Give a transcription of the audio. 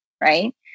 right